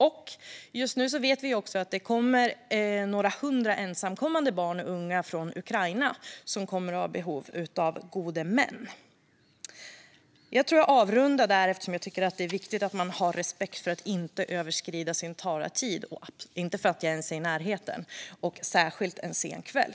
Vi vet dessutom att det just nu kommer några hundra ensamkommande barn och unga från Ukraina som kommer att ha behov av gode män. Jag tror att jag avrundar där, eftersom jag tycker att det är viktigt att man inte överskrider sin talartid - inte för att jag är ens i närheten - vilket särskilt gäller en sen kväll.